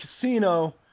casino